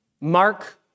Mark